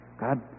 God